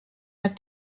have